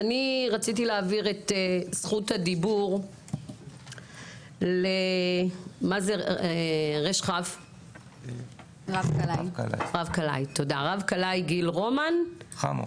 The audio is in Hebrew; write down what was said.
אני רציתי להעביר את זכות הדיבור לרב כלאי גיל חמו,